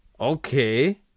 Okay